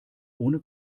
ohne